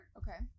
okay